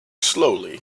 slowly